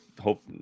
hope